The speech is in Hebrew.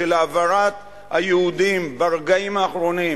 של העברת היהודים ברגעים האחרונים,